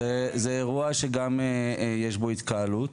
זה אירוע שגם יש בו התקהלות.